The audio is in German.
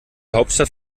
hauptstadt